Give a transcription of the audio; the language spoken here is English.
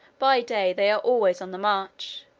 by day they are always on the march.